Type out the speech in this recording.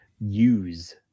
use